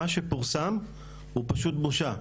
מה שפורסם הוא פשוט בושה.